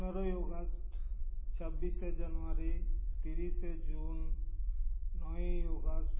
ᱯᱚᱱᱮᱨᱳᱭ ᱚᱜᱟᱥᱴ ᱪᱷᱟᱵᱤᱥᱮ ᱡᱟᱱᱩᱣᱟᱨᱤ ᱛᱤᱨᱤᱥᱮ ᱡᱩᱱ ᱱᱚᱭᱮᱭ ᱚᱜᱟᱥᱴ